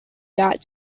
got